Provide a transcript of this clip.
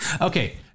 Okay